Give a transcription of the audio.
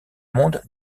monde